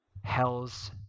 hells